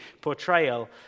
portrayal